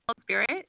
spirit